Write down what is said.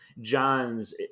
john's